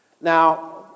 Now